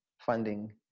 funding